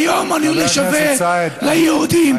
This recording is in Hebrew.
היום אני משתווה ליהודים,